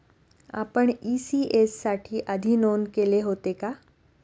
आपण इ.सी.एस साठी आधी नोंद केले होते का?